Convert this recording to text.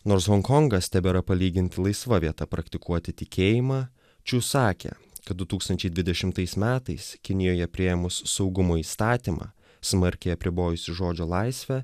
nors honkongas tebėra palyginti laisva vieta praktikuoti tikėjimą čiu sakė kad du tūkstančiai dvidešimtais metais kinijoje priėmus saugumo įstatymą smarkiai apribojusi žodžio laisvę